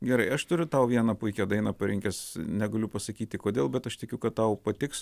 gerai aš turiu tau vieną puikią dainą parinkęs negaliu pasakyti kodėl bet aš tikiu kad tau patiks